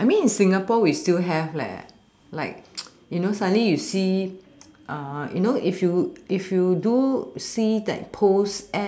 I mean in singapore we still have leh like you know suddenly you see uh you know if you if you do see that post